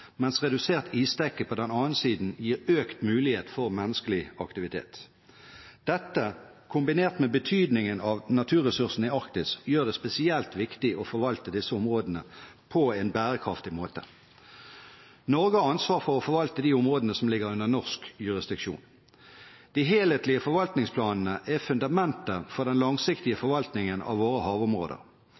mens redusert isdekke på den andre siden gir økt mulighet for menneskelig aktivitet. Dette – kombinert med betydningen av naturressursene i Arktis – gjør det spesielt viktig å forvalte disse områdene på en bærekraftig måte. Norge har ansvaret for å forvalte de områdene som ligger under norsk jurisdiksjon. De helhetlige forvaltningsplanene er fundamentet for den langsiktige forvaltningen av våre havområder.